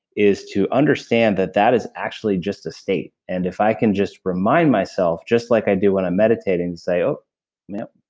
is to understand that that is actually just a state. and if i can just remind myself, just like i do when i'm meditating, and say, oh,